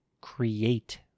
create